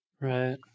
Right